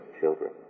children